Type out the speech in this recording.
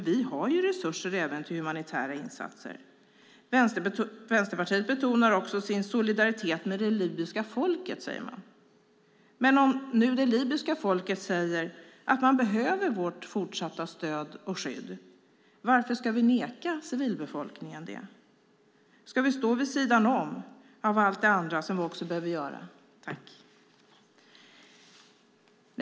Vi har nämligen resurser även till humanitära insatser. Vänsterpartiet betonar också sin solidaritet med det libyska folket, säger man. Men om det libyska folket nu säger att de behöver vårt fortsatta stöd och skydd, varför ska vi neka civilbefolkningen det? Ska vi stå vid sidan om allt det andra som också behöver göras?